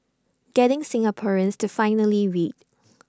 getting Singaporeans to finally read